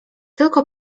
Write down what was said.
tylko